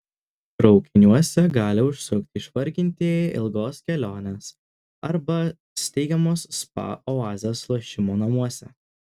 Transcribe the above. traukiniuose gali užsukti išvargintieji ilgos kelionės arba steigiamos spa oazės lošimo namuose